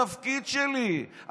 התפקיד שלי,